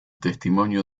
testimonio